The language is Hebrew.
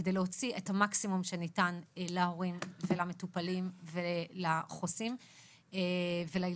כדי להוציא את המקסימום שניתן להורים ולמטופלים ולחוסים ולילדים.